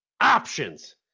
Options